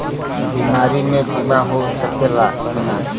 बीमारी मे बीमा हो सकेला कि ना?